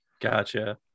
Gotcha